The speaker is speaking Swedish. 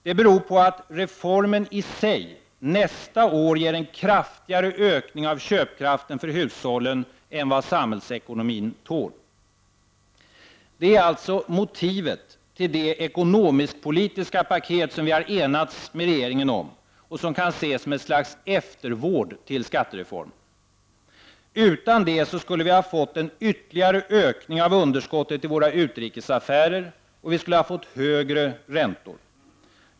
Det beror på att reformen i sig nästa år ger en kraftigare ökning av köpkraften för hushållen än vad samhällsekonomin tål. Detta är alltså motivet till det ekonomisk-politiska paket som vi har enats med regeringen om och som kan ses som ett slags eftervård till skattereformen. Utan det skulle vi ha fått en ytterligare ökning av underskottet i våra utrikesaffärer och högre räntor.